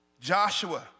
Joshua